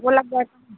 भोला बाबा का